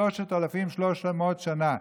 שלושת אלפים ושלוש מאות שנה.